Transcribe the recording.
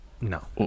No